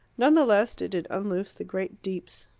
none the less did it unloose the great deeps.